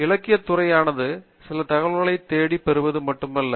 இலக்கியத் துறையானது சில தகவல்களைப் தேடி பெறுவது மட்டும் அல்ல